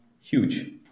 huge